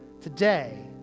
Today